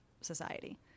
society